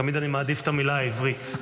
תמיד אני מעדיף את המילה העברית,